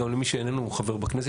גם למי שאיננו חבר בכנסת,